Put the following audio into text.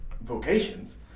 vocations